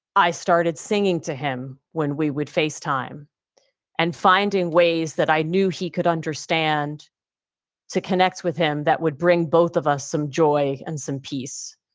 i started singing to him when we would face time and finding ways that i knew he could understand to connect with him. that would bring both of us some joy and some peace.